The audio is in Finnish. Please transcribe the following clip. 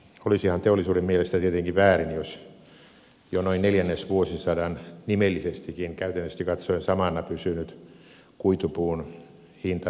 olisihan teollisuuden mielestä tietenkin väärin jos jo noin neljännesvuosisadan nimellisestikin käytännöllisesti katsoen samana pysynyt kuitupuun hinta nousisi